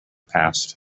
past